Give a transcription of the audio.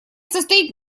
состоит